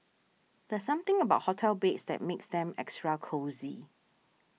there's something about hotel beds that makes them extra cosy